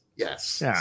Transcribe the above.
Yes